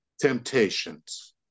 temptations